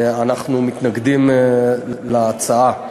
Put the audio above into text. אנחנו מתנגדים להצעה.